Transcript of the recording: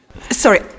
Sorry